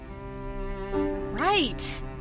Right